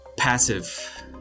Passive